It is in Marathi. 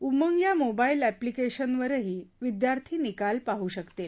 उमंग या मोबाईल एप्लेकेशन वरही विद्यार्थी निकाल पाहू शकतील